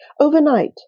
Overnight